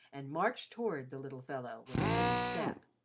and marched toward the little fellow with a heavy step.